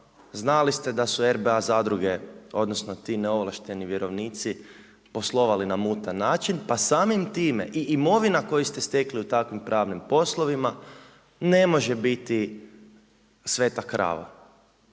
znali ste da su RBA zadruge odnosno ti neovlašteni vjerovnici poslovali na mutan način pa samim time i imovina koju ste stekli u takvim pravnim poslovima ne može biti sveta krava.